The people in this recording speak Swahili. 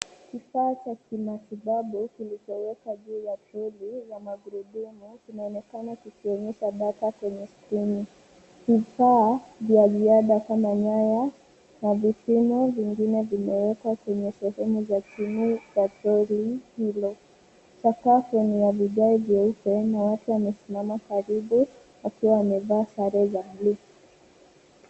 Kifaa cha kimatibabu kilichowekwa juu ya troli la magurudumu kinaonekana kikionyesha data kwenye skrini. Vifaa vya ziada kama nyaya na vipimo vingine vimewekwa kwenye sehemu za chini za troli hilo. Sakafu ni ya vigae vyeupe na watu wamesimama karibu wakiwa wamevaa sare za buluu.